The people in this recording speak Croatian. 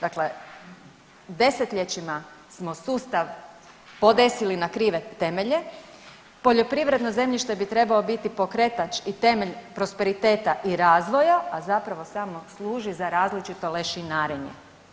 Dakle, desetljećima smo sustav podesili na krive temelje, poljoprivredno zemljište bi trebao biti pokretač i temelj prosperiteta i razvoj, a zapravo samo služi za različito lešinarenje.